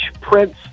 Prince